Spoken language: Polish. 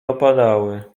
opadały